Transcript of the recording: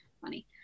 funny